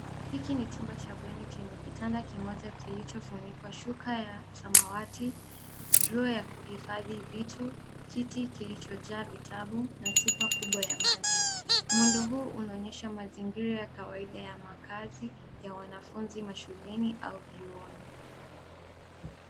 Hiki ni chumba cha bweni chenye kitanda kimoja kilicho funikwa shuka ya samawati Drawer ya kuhifadhi vitu kiti kilichojaa vitabu na chupa kubwa ya maji. Muundo huu unaonyesha mazingira kawaida ya makazi ya wanafunzi mashuleni au vyuoni.